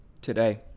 today